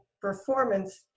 performance